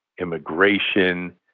immigration